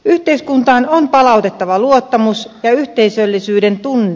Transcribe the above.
yhteiskuntaan on palautettava luottamus ja yhteisöllisyyden tunne